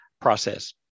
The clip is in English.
process